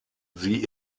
sie